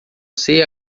sei